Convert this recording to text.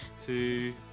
two